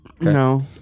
no